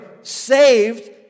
saved